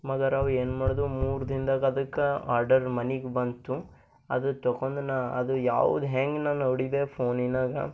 ಮಗರವು ಏನು ಮಾಡ್ದು ಮೂರು ದಿನದಾಗ ಅದಕ್ಕೆ ಆರ್ಡರ್ ಮನಿಗೆ ಬಂತು ಅದು ತೊಕೊಂಡು ನಾನು ಅದು ಯಾವ್ದು ಹೆಂಗೆ ನಾನು ನೋಡಿದೆ ಫೋನಿನಾಗ